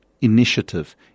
initiative